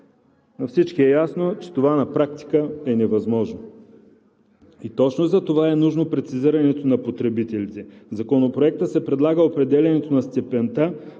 всички е ясно, че това на практика е невъзможно. Точно затова е нужно прецизирането на потребителите. В Законопроекта се предлага определянето на степента